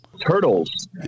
Turtles